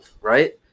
Right